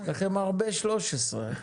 מי בעד תקנות 10, 11, 12?